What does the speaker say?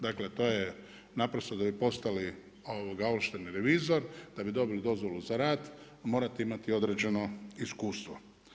Dakle, to je naprosto da bi postali ovlašteni revizor, da bi dobili dozvolu za rad morate imati određeno iskustvo.